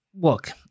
look